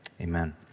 Amen